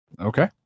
okay